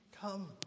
come